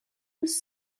was